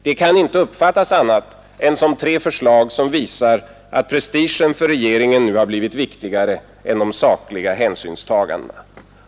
Det kan inte uppfattas annat än som tre förslag som visar att prestigen nu för regeringen blivit viktigare än sakliga hänsynstaganden.